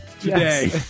today